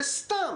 זה סתם.